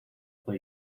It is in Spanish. por